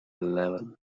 eleven